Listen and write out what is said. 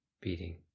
beating